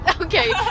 Okay